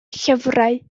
llyfrau